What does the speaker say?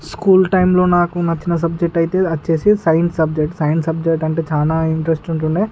school టైమ్లో నాకు నచ్చిన సబ్జెక్ట్ అయితే వచ్చి సైన్స్ సబ్జెక్ట్ సైన్స్ సబ్జెక్ట్ అంటే చాల ఇంటరెస్ట్ ఉంటు ఉండే